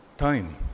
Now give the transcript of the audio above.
Time